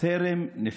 טרם נפתרו.